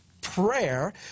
prayer